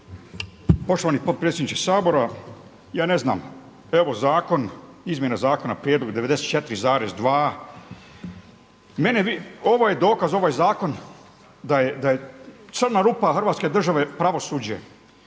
Poštovani potpredsjedniče Sabora, ja ne znam evo izmjene zakona prijedlog 94,2 ovo je dokaz ovaj zakon da je crna rupa Hrvatske države pravosuđe.